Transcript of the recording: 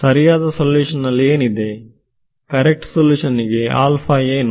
ಸರಿಯಾದ ಸೊಲ್ಯೂಷನ್ ನಲ್ಲಿ ಏನಿದೆ ಕರೆಕ್ಟ್ ಸಲ್ಯೂಷನ್ ಗೆ ಏನು